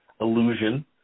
illusion